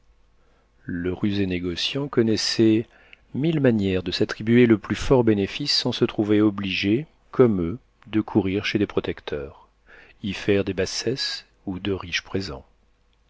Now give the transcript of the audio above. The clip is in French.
le rusé négociant connaissait mille manières de s'attribuer le plus fort bénéfice sans se trouver obligé comme eux de courir chez des protecteurs y faire des bassesses ou de riches présents